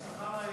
השכר,